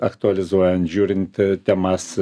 aktualizuojant žiūrint temas